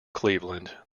cleveland